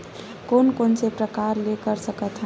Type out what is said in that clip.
कोन कोन से प्रकार ले कर सकत हन?